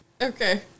Okay